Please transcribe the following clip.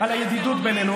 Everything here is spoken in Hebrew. על הידידות בינינו,